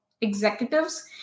executives